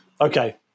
Okay